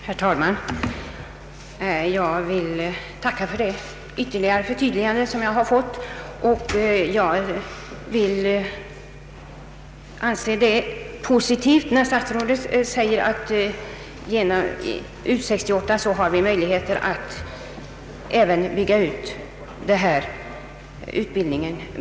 Herr talman! Jag tackar för detta ytterligare förtydligande och anser det positivt när statsrådet säger att U 68 skall undersöka möjligheterna att bygga ut även sjukgymnastikutbildningen.